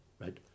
right